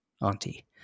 auntie